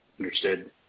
Understood